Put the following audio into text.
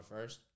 first